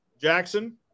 Jackson